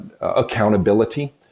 accountability